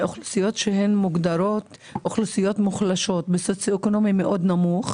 אוכלוסיות שהן מוגדרות אוכלוסיות מוחלשות בסוציואקונומי מאוד נמוך,